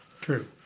True